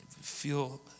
feel